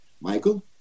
michael